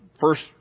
first